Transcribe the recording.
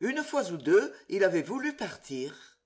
une fois ou deux il avait voulu partir